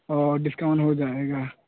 اوہ discount ہو جائے گا